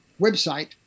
website